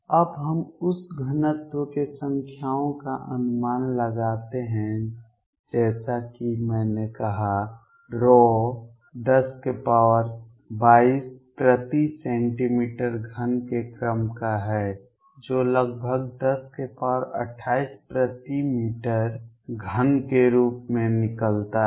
अब हम उन घनत्व के संख्याओं का अनुमान लगाते हैं जैसा कि मैंने कहा ρ 1022 प्रति सेंटीमीटर घन के क्रम का है जो लगभग 1028 प्रति मीटर घन के रूप में निकलता है